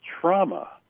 trauma